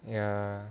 ya